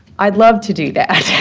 i'd love to do that.